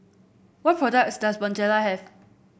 what products does Bonjela have